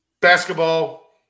basketball